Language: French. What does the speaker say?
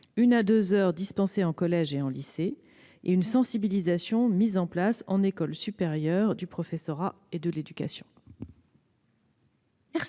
une à deux heures dispensées en collège et lycée ; et une sensibilisation en école supérieure du professorat et de l'éducation.